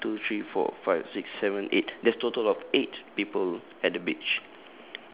one two three four five six seven eight there's total of eight people at the beach